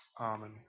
Amen